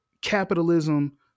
capitalism